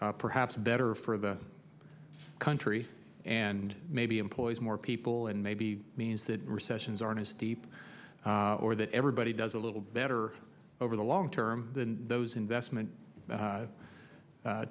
perhaps better for the country and maybe employs more people and maybe means that recessions aren't as deep or that everybody does a little better over the long term than those investment